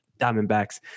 Diamondbacks